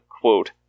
quote